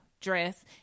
dress